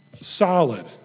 solid